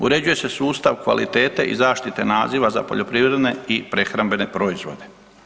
Uređuje se sustav kvalitete i zaštite naziva za poljoprivredne i prehrambene proizvode.